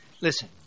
Listen